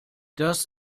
das